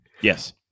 Yes